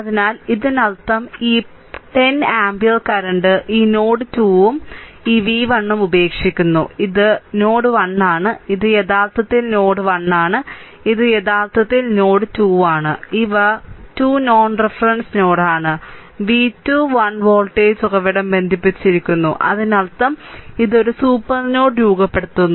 അതിനാൽ ഇതിനർത്ഥം ഈ 10 ആമ്പിയർ കറന്റ് ഈ നോഡ് 2 ഉം ഈ v1ഉം ഉപേക്ഷിക്കുന്നു ഇത് നോഡ് 1 ആണ് ഇത് യഥാർത്ഥത്തിൽ നോഡ് 1 ആണ് ഇത് യഥാർത്ഥത്തിൽ നോഡ് 2 ആണ് ഇവ 2 നോൺ റഫറൻസ് നോഡാണ് v2 1 വോൾട്ടേജ് ഉറവിടം ബന്ധിപ്പിച്ചിരിക്കുന്നു അതിനർത്ഥം ഇത് ഒരു സൂപ്പർ നോഡ് രൂപപ്പെടുത്തുന്നു